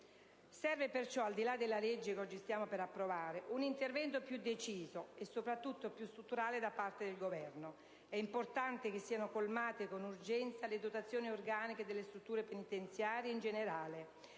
Serve perciò, al di là del provvedimento che oggi stiamo per approvare, un intervento più deciso e soprattutto più strutturale da parte del Governo. È importante che siano finalmente colmate, con urgenza, le dotazioni organiche delle strutture penitenziarie in generale